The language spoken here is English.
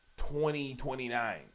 2029